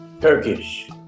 turkish